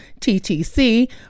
ttc